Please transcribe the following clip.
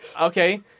Okay